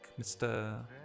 Mr